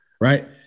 right